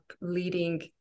leading